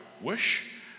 wish